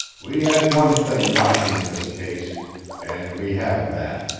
we had one thing lacking in this case and we have that.